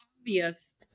obvious